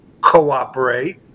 cooperate